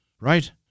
right